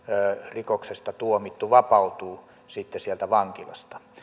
rikoksesta tuomittu vapautuu sitten sieltä vankilasta